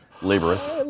laborious